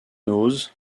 noz